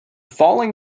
following